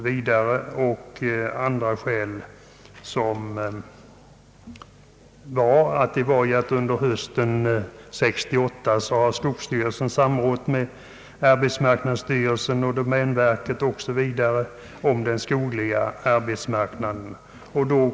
Under hösten 1968 har dessutom skogsstyrelsen samrått med arbetsmarknadsstyrelsen och domänverket om den skogliga arbetsmarknaden.